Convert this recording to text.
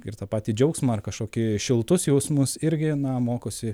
ir tą patį džiaugsmą ar kažkokį šiltus jausmus irgi na mokosi